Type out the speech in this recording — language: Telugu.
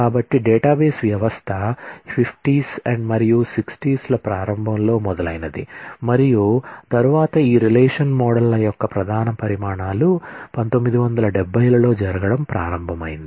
కాబట్టి డేటాబేస్ వ్యవస్థ 50 మరియు 60 ల ప్రారంభంలో మొదలైనది మరియు తరువాత ఈ రిలేషనల్ మోడళ్ల యొక్క ప్రధాన పరిణామాలు 70 లలో జరగడం ప్రారంభమైంది